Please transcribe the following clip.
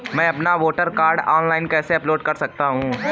मैं अपना voter card online कैसे अपलोड कर सकता हूँ?